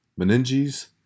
meninges